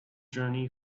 journey